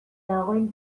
dagoen